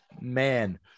man